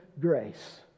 grace